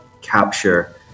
capture